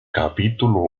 capítulo